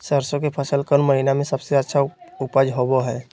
सरसों के फसल कौन महीना में सबसे अच्छा उपज होबो हय?